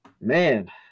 man